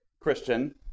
Christian